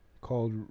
Called